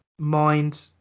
mind